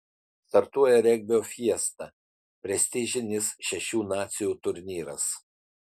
startuoja regbio fiesta prestižinis šešių nacijų turnyras